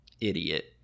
idiot